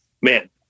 Man